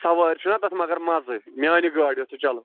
سوارِ چھُنا تَتھ مگر مَزٕ میٛانہِ گاڑِ یۄس ژےٚ چَلٲ